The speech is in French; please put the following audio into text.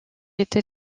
été